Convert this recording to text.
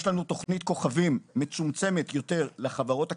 יש לנו תוכנית כוכבים מצומצמת יותר לחברות הקטנות,